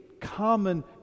common